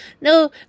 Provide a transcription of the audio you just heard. No